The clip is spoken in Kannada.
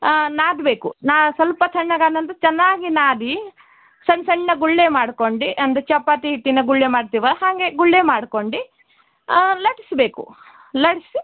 ಹಾಂ ನಾದಬೇಕು ನ ಸ್ವಲ್ಪ ತಣ್ಣಗಾದ ನಂತ್ರ ಚೆನ್ನಾಗಿ ನಾದಿ ಸಣ್ಣ ಸಣ್ಣ ಗುಳ್ಳೆ ಮಾಡ್ಕೊಂಡು ಅಂದರೆ ಚಪಾತಿ ಹಿಟ್ಟಿನ ಗುಳ್ಳೆ ಮಾಡ್ತೀವ ಹಾಗೆ ಗುಳ್ಳೆ ಮಾಡ್ಕೊಂಡು ಲಟ್ಟಿಸ್ಬೇಕು ಲಟ್ಟಿಸಿ